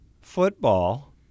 football